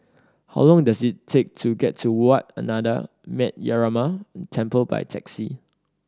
how long does it take to get to Wat Ananda Metyarama Temple by taxi